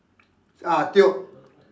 ah tio